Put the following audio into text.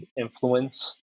influence